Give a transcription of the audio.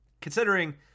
considering